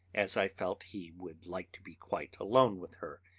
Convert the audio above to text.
as i felt he would like to be quite alone with her,